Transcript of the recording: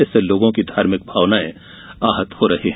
इससे लोगों की धार्मिक भावना आहत हो रही है